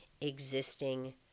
existing